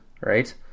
Right